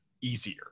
easier